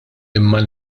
imma